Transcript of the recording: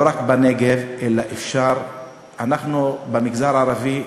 לא רק בנגב, אלא, אפשר, כל המגזר הערבי,